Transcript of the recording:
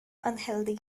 unhealthy